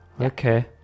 Okay